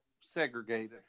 segregated